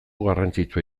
garrantzitsua